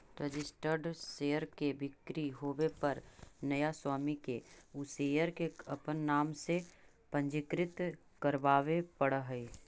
registered share के बिक्री होवे पर नया स्वामी के उ शेयर के अपन नाम से पंजीकृत करवावे पड़ऽ हइ